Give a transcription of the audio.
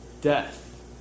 death